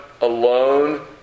alone